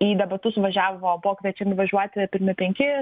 į debatus važiavo buvo kviečiami važiuoti pirmi penki